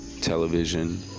television